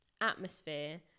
atmosphere